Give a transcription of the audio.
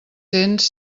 cents